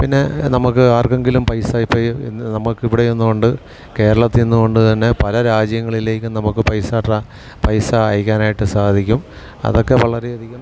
പിന്നെ നമുക്ക് ആർക്കെങ്കിലും പൈസ ഇപ്പം ഈ നമുക്ക് ഇവിടെ ഇരുന്നുകൊണ്ട് കേരളത്തിൽനിന്നുകൊണ്ട് തന്നെ പല രാജ്യങ്ങളിലേക്കും നമുക്ക് പൈസ പൈസ അയക്കാനായിട്ട് സാധിക്കും അതൊക്കെ വളരെയധികം